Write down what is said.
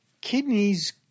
Kidneys